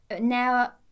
Now